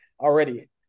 already